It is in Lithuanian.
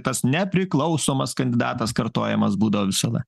tas nepriklausomas kandidatas kartojamas būdavo visada